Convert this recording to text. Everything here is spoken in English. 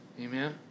Amen